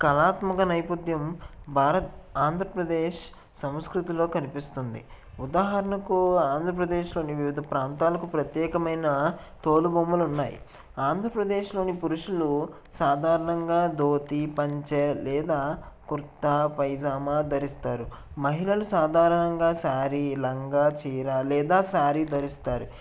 కళాత్మక నేపథ్యం భారత్ ఆంధ్రప్రదేశ్ సంస్కృతిలో కనిపిస్తుంది ఉదాహరణకు ఆంధ్రప్రదేశ్లోని వివిధ ప్రాంతాలకు ప్రత్యేకమైన తోలుబొమ్మలు ఉన్నాయి ఆంధ్రప్రదేశ్లోని పురుషులు సాధారణంగా ధోతి పంచ లేదా కుర్తా పైజామా ధరిస్తారు మహిళలు సాధారణంగా శారీ లంగా చీరా లేదా శారీ ధరిస్తారు